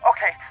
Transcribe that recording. Okay